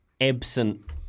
absent